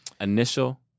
Initial